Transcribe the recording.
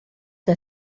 que